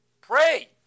Pray